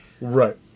right